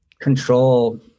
control